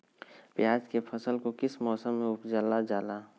प्याज के फसल को किस मौसम में उपजल जाला?